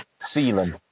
ceiling